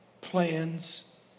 plans